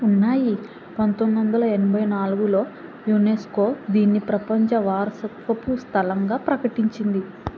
ఉన్నాయి పంతొమ్మిది వందల ఎనభై నాలుగులో యునెస్కో దీన్ని ప్రపంచ వారసత్వపు స్థలంగా ప్రకటించింది